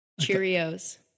Cheerios